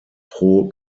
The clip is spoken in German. pro